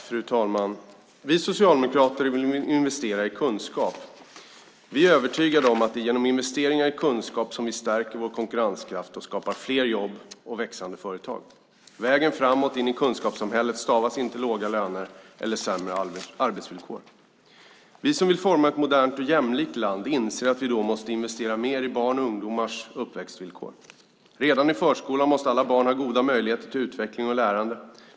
Fru talman! Vi Socialdemokrater vill investera i kunskap. Vi är övertygade om att det är genom investeringar i kunskap som vi stärker vår konkurrenskraft och skapar fler jobb och växande företag. Vägen framåt in i kunskapssamhället stavas inte låga löner eller sämre arbetsvillkor. Vi som vill forma ett modernt och jämlikt land inser att vi då måste investera mer i barns och ungdomars uppväxtvillkor. Redan i förskolan måste alla barn ha goda möjligheter till utveckling och lärande.